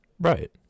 Right